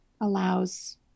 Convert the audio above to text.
allows